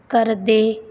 ਕਰਦੇ